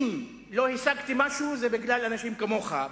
אם לא השגתי משהו זה בגלל אנשים כמוך,